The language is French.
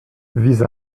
vise